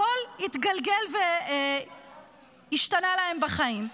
הכול התגלגל והשתנה להם בחיים,